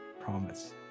promise